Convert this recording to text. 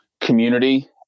community